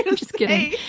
um just kidding.